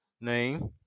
name